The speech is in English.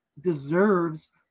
deserves